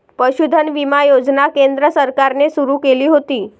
पशुधन विमा योजना केंद्र सरकारने सुरू केली होती